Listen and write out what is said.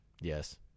Yes